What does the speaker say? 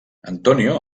antonio